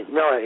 no